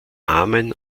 amen